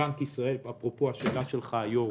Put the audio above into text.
אפרופו השאלה שלך, היושב-ראש,